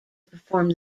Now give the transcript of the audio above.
perform